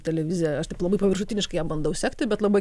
televiziją aš taip labai paviršutiniškai ją bandau sekti bet labai